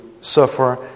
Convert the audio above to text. suffer